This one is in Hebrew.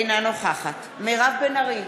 אינה נוכחת מירב בן ארי,